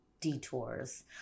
detours